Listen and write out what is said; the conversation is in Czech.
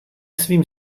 svým